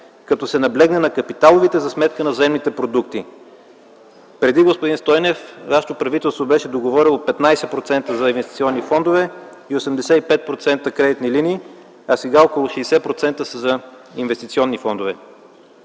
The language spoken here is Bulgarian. като се наблегне на капиталовите за сметка на заемните продукти. Преди, господин Стойнев, вашето правителство беше договорило 15% за инвестиционни фондове и 85% - кредитни линии, а сега около 60% са за инвестиционни фондове.